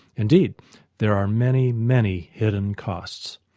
indeed there are many, many hidden costs.